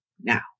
now